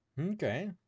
Okay